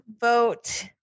vote